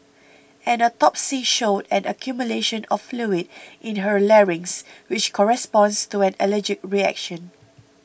an autopsy showed an accumulation of fluid in her larynx which corresponds to an allergic reaction